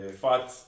fat